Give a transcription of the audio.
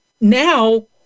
now